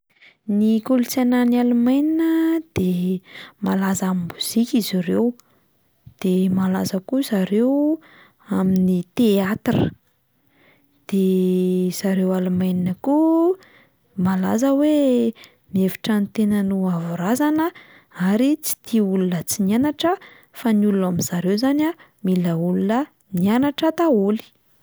Ny kolontsaina any Allemagne a de malaza amin'ny mozika izy ireo, de malaza koa zareo amin'ny teatra, de zareo Allemagne koa malaza hoe mihevitra ny tenany ho avo razana ary tsy tia olona tsy nianatra fa ny olona ao amin'zareo izany a mila olona mianatra daholo.